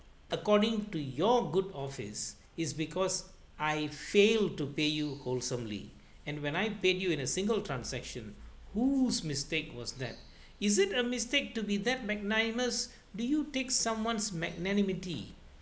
according to your good office is because I failed to pay you wholesomely and when I paid you in a single transaction whose mistake was that is it a mistake to be that magnanimous did you take someone's magnanimity